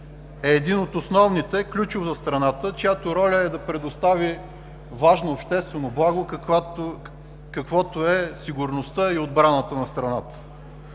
е един от основните, ключов за страната, чиято роля е да предостави важно обществено благо, каквото е сигурността и отбраната на страната.